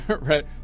Right